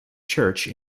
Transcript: church